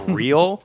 real